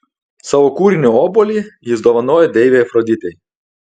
savo kūrinį obuolį jis dovanojo deivei afroditei